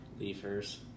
Leafers